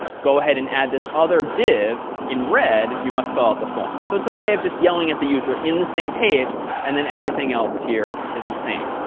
go ahead and add this other div in red, you must fill up the form. so, it's a way of just yelling at the user in the same page and then everything else here is the same.